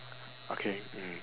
okay mm